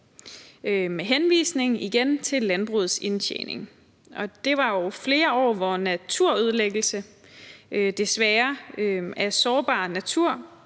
med henvisning til landbrugets indtjening, og det var jo flere år, hvor naturødelæggelse, desværre, af sårbar natur